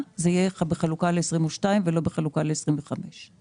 בתקנות הקודמות התייחסו לזה?